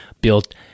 built